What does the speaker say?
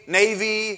navy